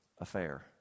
affair